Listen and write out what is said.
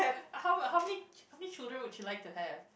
how how many how many children would you like to have